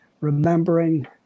remembering